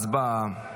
הצבעה.